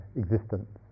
existence